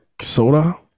soda